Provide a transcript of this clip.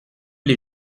les